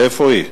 איפה היא?